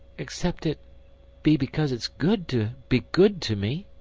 except it be because it's good to be good to me.